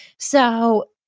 so